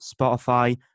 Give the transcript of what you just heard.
Spotify